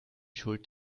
schuld